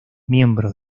miembros